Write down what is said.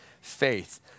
faith